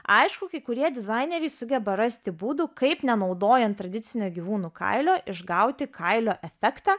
aišku kai kurie dizaineriai sugeba rasti būdų kaip nenaudojant tradicinio gyvūnų kailio išgauti kailio efektą